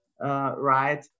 right